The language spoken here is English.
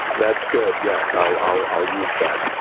that's good. yes. i'll i'll i'll use that.